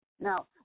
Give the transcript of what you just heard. Now